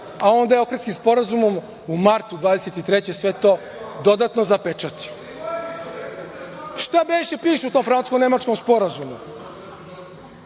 a onda je Ohridskim sporazumom u martu 2023. godine sve to dodatno zapečatio. Šta beše piše u tom francusko-nemačkom sporazumu?